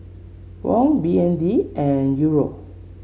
Won B N D and Euro